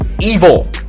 evil